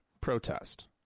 protest